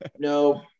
no